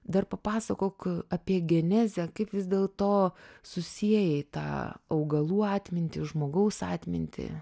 dar papasakok apie genezę kaip vis dėl to susiejai tą augalų atmintį žmogaus atmintį